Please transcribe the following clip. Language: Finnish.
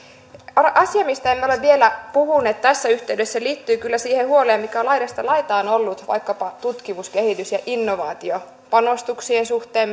asia mistä emme ole vielä puhuneet tässä yhteydessä liittyy kyllä siihen huoleen mikä on laidasta laitaan ollut vaikkapa tutkimuksesta kehityksestä ja innovaatioista panostuksien suhteen